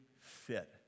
fit